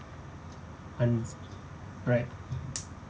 und~ right